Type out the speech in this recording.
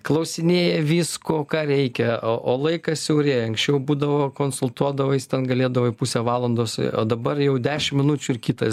klausinėja visko ką reikia o laikas siaurėja anksčiau būdavo konsultuodavais ten galėdavai pusę valandos dabar jau dešim minučių ir kitas